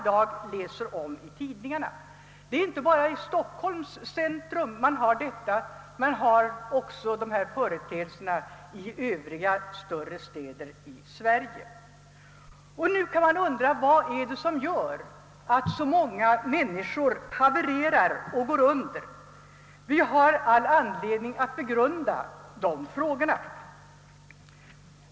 Det är inte bara i Stockholms centrum detta finns; dessa företeelser förekommer också i övriga större städer i Sverige. Man kan fråga sig vad det är som gör att så många människor havererar och går under. Vi har anledning att begrunda den saken.